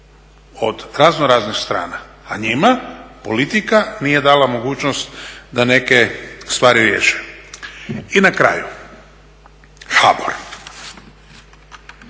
od raznoraznih strana, a njima politika nije dala mogućnost da neke stvari riješe. I na kraju, HABOR.